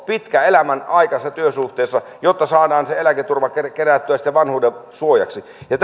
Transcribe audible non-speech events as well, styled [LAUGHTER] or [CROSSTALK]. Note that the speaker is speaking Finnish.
pitkä elämänaikansa työsuhteessa jotta saadaan se eläketurva kerättyä sitten vanhuuden suojaksi ja [UNINTELLIGIBLE]